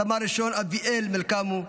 סמ"ר אביאל מלקמו,